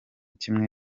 kimwe